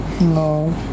no